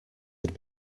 had